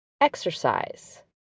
exercise